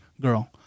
girl